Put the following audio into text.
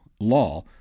law